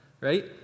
right